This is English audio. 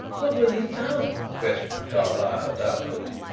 but will he come? questioned carlyle doubtfully.